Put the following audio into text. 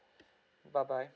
bye bye